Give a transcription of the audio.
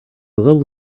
little